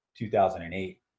2008